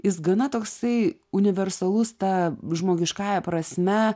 jis gana toksai universalus ta žmogiškąja prasme